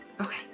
Okay